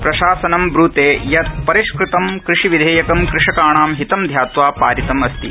प्रशासनम् ब्रते यत् परिष्कृतं कृषिविधेयकं कृषकाणां हितं ध्यात्वा पारितम् अस्ति